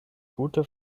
gute